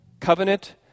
Covenant